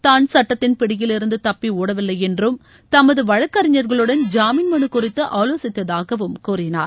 தான் சட்டத்தின் பிடியிலிருந்து தப்பி ஓடவில்லை என்றும் தமது வழக்கறிஞர்களுடன் ஜாமீன் மனு குறித்து ஆலோசித்ததாகவும் கூறினார்